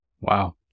wow